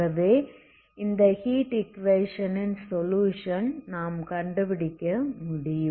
ஆகவே இந்த ஹீட் ஈக்குவேஷனின் சொலுயுஷன் நாம் கண்டுபிடிக்க முடியும்